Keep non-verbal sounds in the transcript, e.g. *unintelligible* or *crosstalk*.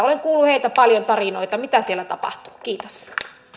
*unintelligible* olen kuullut heiltä paljon tarinoita mitä siellä tapahtuu kiitos